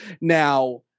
Now